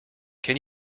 can